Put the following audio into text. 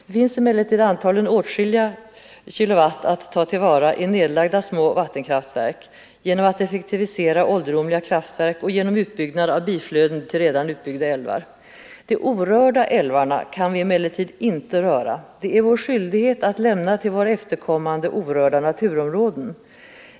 Det finns emellertid antagligen åtskilliga kilowatt att ta till vara i nedlagda små vattenkraftverk, genom att effektivisera ålderdomliga kraftverk och genom utbyggnad av biflöden till redan utbyggda älvar. De orörda älvarna kan vi emellertid inte röra. Det är vår skyldighet att till våra efterkommande lämna orörda naturområden.